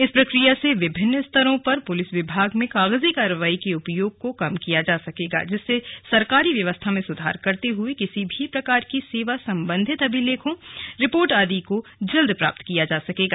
इस प्रक्रिया से विभिन्न स्तरों पर पुलिस विभाग में कागजी कार्रवाई के उपयोग को कम किया जा सकेगा जिससे सरकारी व्यवस्था में सुधार करते हये किसी भी प्रकार की सेवा सम्बन्धित अभिलेखों रिपोर्ट आदि को जल्द प्राप्त किया जा सकेगा